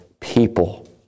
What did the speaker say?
People